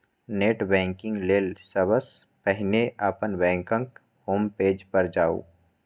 net banking लेल सबसं पहिने अपन बैंकक होम पेज पर जाउ